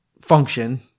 function